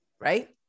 Right